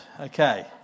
Okay